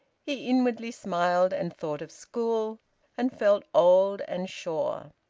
he inwardly smiled and thought of school and felt old and sure.